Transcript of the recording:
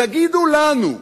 תגידו לנו,